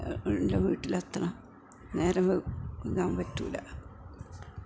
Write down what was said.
എൻ്റെ വീട്ടിലെത്തണം നേരം വൈകാൻ പറ്റില്ല